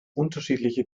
unterschiedliche